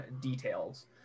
details